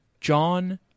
John